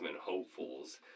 hopefuls